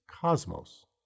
cosmos